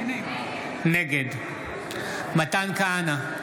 נגד מתן כהנא,